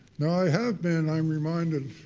now i have been i'm reminded,